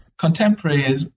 Contemporary